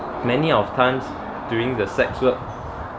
many of times during the sex work